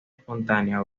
espontánea